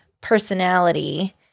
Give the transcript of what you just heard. personality